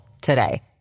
today